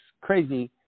crazy